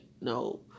no